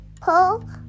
Pull